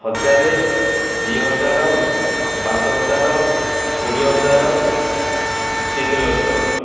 ହଜାର ଦୁଇ ହଜାର ପାଞ୍ଚ ହଜାର କୋଡ଼ିଏ ହଜାର ତିନିଲକ୍ଷ